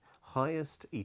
highest